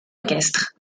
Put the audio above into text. équestres